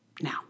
Now